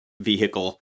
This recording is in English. vehicle